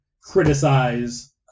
criticize